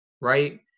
right